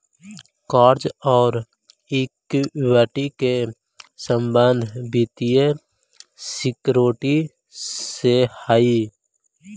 कर्जा औउर इक्विटी के संबंध वित्तीय सिक्योरिटी से हई